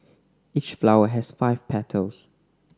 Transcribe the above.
each flower has five petals